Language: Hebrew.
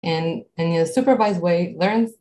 And in a supervised way, learns.